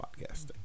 podcasting